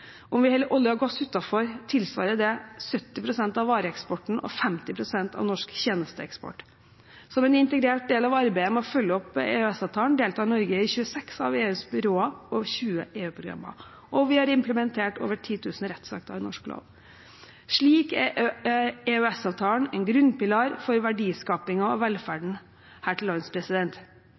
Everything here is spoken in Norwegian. Om vi holder olje og gass utenfor, tilsvarer det 70 pst. av vareeksporten og 50 pst. av norsk tjenesteeksport. Som en integrert del av arbeidet med å følge opp EØS-avtalen deltar Norge i 26 av EUs byråer og 20 EU-programmer. Og vi har implementert over 10 000 rettsakter i norsk lov. Slik er EØS-avtalen en grunnpilar for verdiskapingen og velferden her til lands.